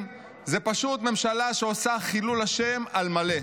זאת פשוט ממשלה שעושה חילול השם על מלא.